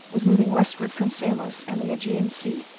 was moving westward from samos and the aegean sea,